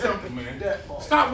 Stop